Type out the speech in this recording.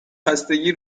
خستگی